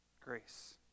Grace